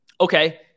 okay